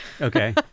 okay